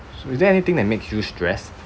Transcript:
so is there anything that makes you stressed